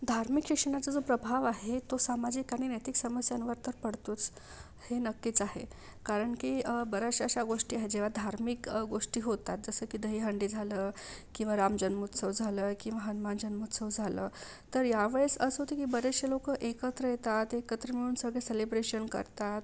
धार्मिक शिक्षणाचा जो प्रभाव आहे तो सामाजिक आणि नैतिक समस्यांवर तर पडतोच हे नक्कीच आहे कारण की बऱ्याचशा अशा गोष्टी आहेत जेव्हा धार्मिक गोष्टी होतात जसं की दहीहंडी झालं किंवा रामजन्मोत्सव झालं किंवा हनुमान जन्मोत्सव झालं तर या वेळेस असं होतं की बरेचसे लोक एकत्र येतात एकत्र मिळून सगळे सेलिब्रेशन करतात